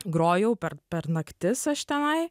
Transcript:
grojau per per naktis aš tenai